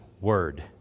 word